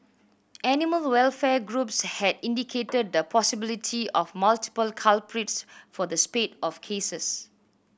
animal welfare groups had indicated the possibility of multiple culprits for the spate of cases